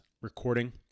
recording